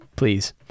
please